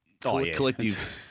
collective